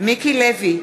מיקי לוי,